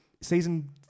season